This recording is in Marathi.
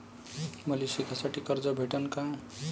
मले शिकासाठी कर्ज भेटन का?